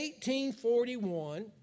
1841